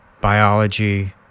biology